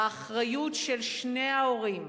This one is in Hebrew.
האחריות של שני ההורים